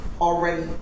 already